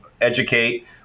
educate